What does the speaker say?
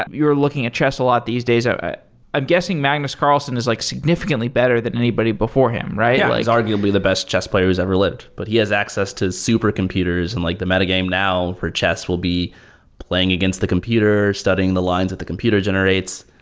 you're looking at chess a lot these days. ah i'm guessing magnus carlson is like significantly better than anybody before him, right? yeah. he's arguably the best chess player who's ever lived, but he has access to supercomputers, and like the meta-game now for chess will be playing against the computer, studying the lines what the computer generates,